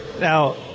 Now